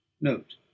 Note